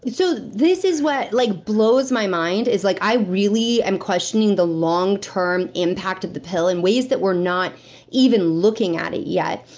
so this is what like blows my mind, is like, i really am questioning the long term impact of the pill, in ways that we're not even looking at it yet.